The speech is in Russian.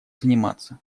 заниматься